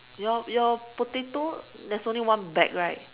your your potato there's only one bag right